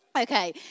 Okay